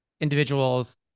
individuals